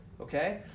okay